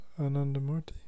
Anandamurti